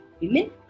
women